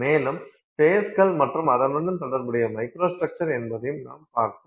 மேலும் ஃபேஸ்கள் மற்றும் அதனுடன் தொடர்புடைய மைக்ரோஸ்ட்ரக்சர் என்பதையும் நாம் பார்த்தோம்